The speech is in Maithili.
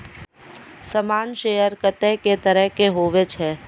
सामान्य शेयर कत्ते ने तरह के हुवै छै